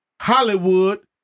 Hollywood